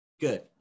Good